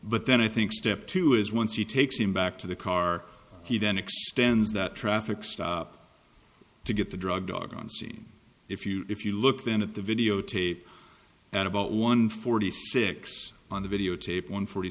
but then i think step two is once he takes him back to the car he then extends that traffic stop to get the drug dog on scene if you if you look then at the videotape at about one forty six on the videotape one forty